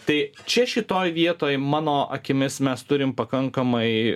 tai čia šitoj vietoj mano akimis mes turim pakankamai